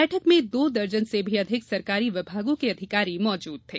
बैठक में दो दर्जन से भी अधिक सरकारी विभागों के अधिकारी मौजूद थे